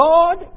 God